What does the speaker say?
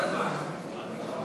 אי-אמון